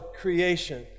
creation